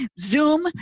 zoom